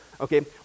okay